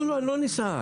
לא, אני לא נסער.